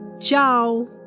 Ciao